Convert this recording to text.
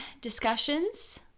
Discussions